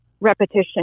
repetition